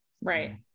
Right